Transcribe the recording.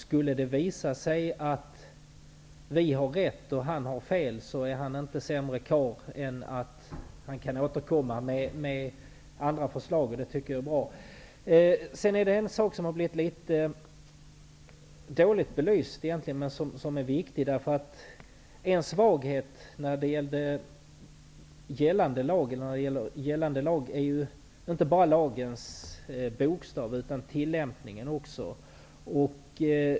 Skulle det visa sig att vi har rätt och han har fel, är han inte sämre karl än att han kan återkomma med andra förslag, och det tycker jag är bra. Det finns en fråga som har blivit litet dåligt belyst men som är viktig. En svaghet med förslaget till gällande lag är inte bara lagens bokstav utan också dess tillämpning.